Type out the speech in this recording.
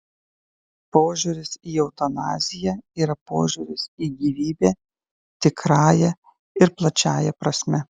požiūris į eutanaziją yra požiūris į gyvybę tikrąja ir plačiąja prasme